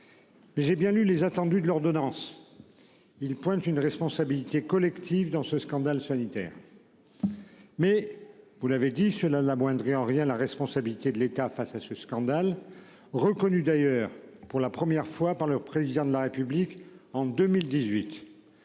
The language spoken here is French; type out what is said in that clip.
J'ai bien lu les attendus de l'ordonnance. Il pointe une responsabilité collective dans ce scandale sanitaire. Mais vous l'avez dit cela l'amoindrit en rien la responsabilité de l'État face à ce scandale reconnu d'ailleurs pour la première fois par le président de la République en 2018.